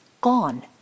gone